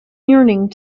yearning